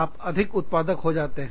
आप अधिक उत्पादक हो जाते हो